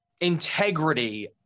Integrity